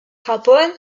japón